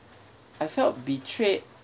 I felt betrayed